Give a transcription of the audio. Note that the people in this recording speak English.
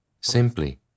Simply